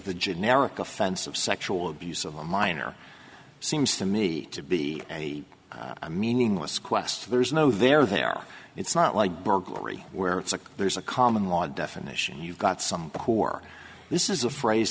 generic offense of sexual abuse of a minor seems to me to be a meaningless quest there's no there there it's not like burglary where it's like there's a common law definition you've got some who are this is a phrase